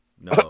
No